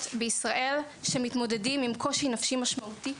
בישראל שמתמודדים עם קושי נפשי משמעותי.